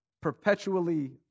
perpetually